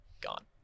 gone